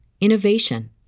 innovation